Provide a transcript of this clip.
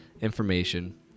information